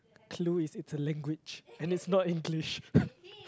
clue is it's a language and it's not English